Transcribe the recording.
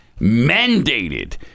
mandated